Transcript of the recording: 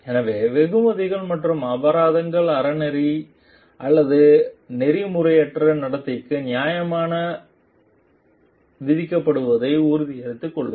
எனவே வெகுமதிகள் மற்றும் அபராதங்கள் அறநெறி அல்லது நெறிமுறையற்ற நடத்தைக்கு நியாயமாக விதிக்கப்படுவதை உறுதிப்படுத்திக் கொள்ளுங்கள்